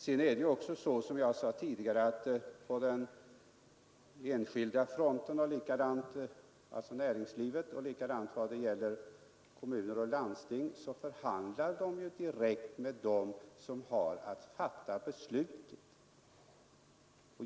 Sedan är det, som jag sade tidigare, så att man på den enskilda fronten, alltså beträffande näringslivet, och likaså i fråga om kommuner och landsting förhandlar direkt med dem som har att fatta beslutet.